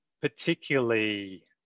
particularly